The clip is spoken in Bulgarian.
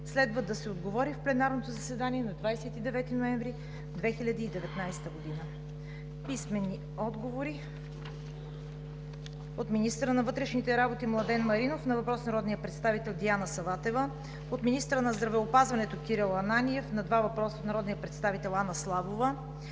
Следва да се отговори в пленарното заседание на 29 ноември 2019 г. Постъпили писмени отговори от: - министъра на вътрешните работи Младен Маринов на въпрос на народния представител Диана Саватева; - министъра на здравеопазването Кирил Ананиев на два въпроса от народния представител Анна Славова;